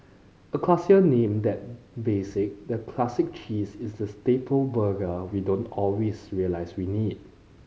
a classier name than basic the Classic Cheese is the staple burger we don't always realise we need